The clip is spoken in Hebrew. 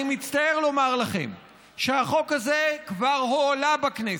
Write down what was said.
אני מצטער לומר לכם שהחוק הזה כבר הועלה בכנסת,